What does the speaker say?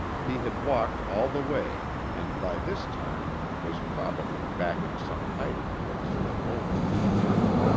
he had walked all the way and by this time was probably back in some hiding place that only he knew.